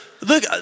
look